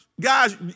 guys